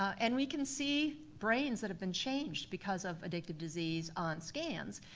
and we can see brains that have been changed because of addictive disease on scans,